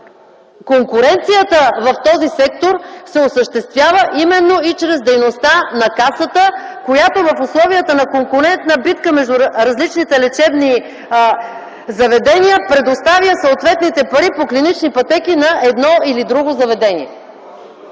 Конкуренцията в този сектор се осъществява именно и чрез дейността на Касата, която в условията на конкурентна битка между различните лечебни заведения предоставя съответните пари по клинични пътеки на едно или друго заведение.